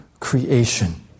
Creation